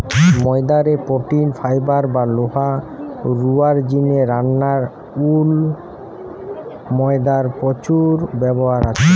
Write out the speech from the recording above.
ময়দা রে protein, fibre বা লোহা রুয়ার জিনে রান্নায় অউ ময়দার প্রচুর ব্যবহার আছে